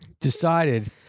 decided